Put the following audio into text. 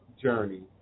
journey